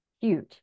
huge